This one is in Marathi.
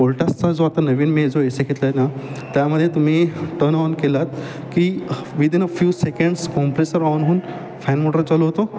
ओल्टचा जो आता नवीन मी जो एसी घेतलाय ना त्यामदे तुम्ही टन ऑन केला की within a few seconds compressor on होऊन फॅनमोटर चालू होतो